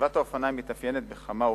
רכיבת האופניים מתאפיינת בכמה אופנים: